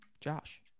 Josh